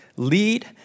lead